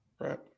Right